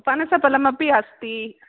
हा पनसफलमपि अस्ति